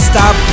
Stop